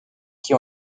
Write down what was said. qui